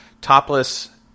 topless